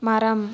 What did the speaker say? மரம்